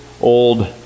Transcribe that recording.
old